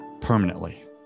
permanently